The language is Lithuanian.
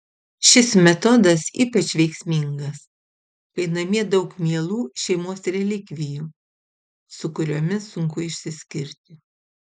šis metodas ypač veiksmingas kai namie daug mielų šeimos relikvijų su kuriomis sunku išsiskirti